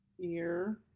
ear